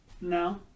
No